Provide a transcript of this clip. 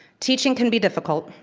teaching can be difficult.